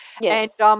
Yes